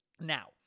Now